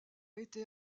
été